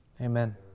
Amen